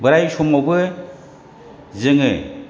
बोराय समावबो जोङो